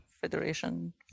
Federation